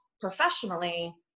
professionally